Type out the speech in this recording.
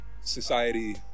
society